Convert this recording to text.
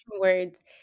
words